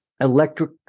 electric